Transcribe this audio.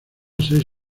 seis